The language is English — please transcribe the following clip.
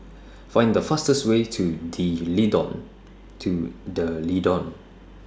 Find The fastest Way to D to D'Leedon